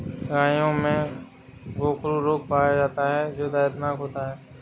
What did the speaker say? गायों में गोखरू रोग पाया जाता है जो दर्दनाक होता है